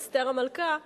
אסתר המלכה,